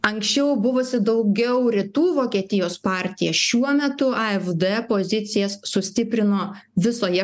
anksčiau buvusi daugiau rytų vokietijos partija šiuo metu afd pozicijas sustiprino visoje